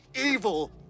evil